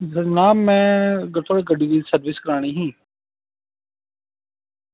जनाब में दरअसल गड्डी दी सर्विस करानी ही